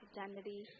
Identity